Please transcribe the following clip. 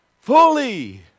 fully